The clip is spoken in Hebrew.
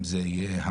אם זה המוקד,